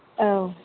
औ